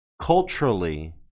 culturally